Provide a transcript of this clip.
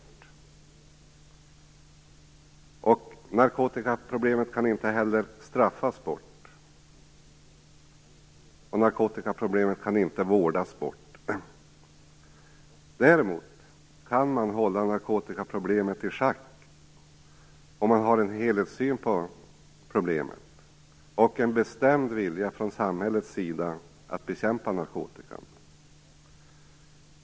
För det tredje kan narkotikaproblemet inte heller straffas bort, och narkotikaproblemet kan inte vårdas bort. Däremot kan man hålla narkotikaproblemet i schack om man har en helhetssyn på problemet och en bestämd vilja från samhällets sida att bekämpa narkotikan.